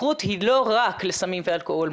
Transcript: התמכרות היא לא רק לסמים ואלכוהול,